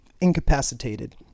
incapacitated